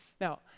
Now